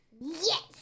yes